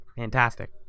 Fantastic